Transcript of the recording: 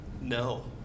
no